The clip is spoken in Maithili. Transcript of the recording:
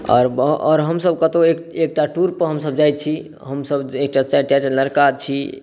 आओर हमसब कतौ एकटा टूर पर हमसब जाइ छी हमसब एकटा चारिटा लड़का छी